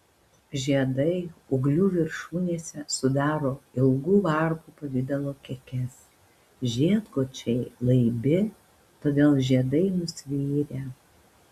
žiedai ūglių viršūnėse sudaro ilgų varpų pavidalo kekes žiedkočiai laibi todėl žiedai nusvirę